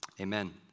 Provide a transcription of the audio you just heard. amen